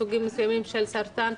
סוגים מסוימים של סרטן,